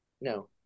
no